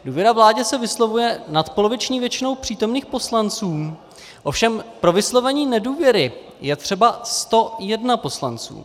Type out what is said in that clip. Důvěra vládě se vyslovuje nadpoloviční většinou přítomných poslanců, ovšem pro vyslovení nedůvěry je třeba 101 poslanců.